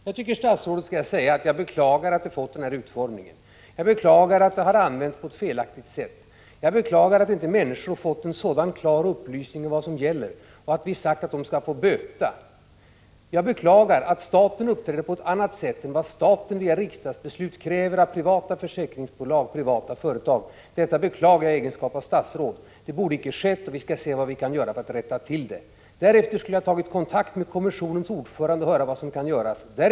Fru talman! Jag tycker att statsrådet skall säga så här: Jag beklagar att det hela har fått den här utformningen. Jag beklagar att det har använts på ett felaktigt sätt, jag beklagar att människor inte har fått så klara upplysningar om vad som gäller och att vi har sagt att människorna skall få böta, jag beklagar att staten uppträder på ett annat sätt än vad staten — genom riksdagsbeslut — gör när det gäller privata försäkringsbolag och privata företag. Detta beklagar jag i egenskap av statsråd. Det borde icke ha skett, och vi skall se vad vi kan göra för att rätta till det hela. Därefter skulle jag ha tagit kontakt med kommissionens ordförande för att höra vad som kan göras.